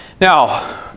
Now